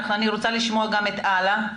אני רוצה לשמוע גם את אלה.